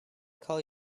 call